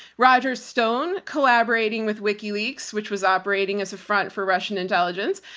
roger stone collaborating with wikileaks, which was operating as a front for russian intelligence.